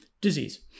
disease